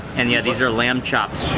and yeah these are lamb chops.